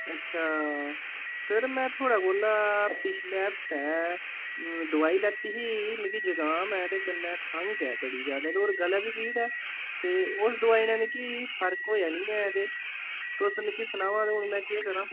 अच्छा सर मैं थुआढ़े कोला पिछलै हफ्तै दवाई लैती ही मिकी जकाम ऐ ते कन्नै खंघ ऐ बड़ी ज्यादा ते होर गले बी पीड़ ऐ ते उस दवाई कन्नै मिकी फर्क होएआ नेईं ऐ तुस मिकी सनाओ हां हून मैं केह् करां